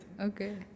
okay